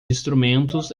instrumentos